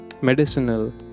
medicinal